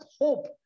hope